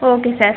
okay sir